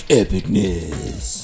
epicness